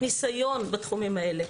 ניסיון בתחומים האלה.